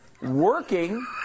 working